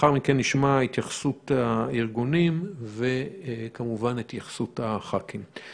לאחר מכן נשמע התייחסות של הארגונים וכמובן התייחסות של הח"כים.